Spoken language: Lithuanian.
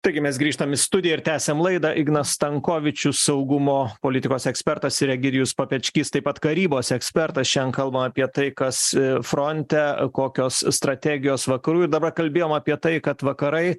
taigi mes grįžtam į studiją ir tęsiam laidą ignas stankovičius saugumo politikos ekspertas ir egidijus papečkys taip pat karybos ekspertas šiandien kalbam apie tai kas fronte kokios strategijos vakarų ir dabar kalbėjom apie tai kad vakarai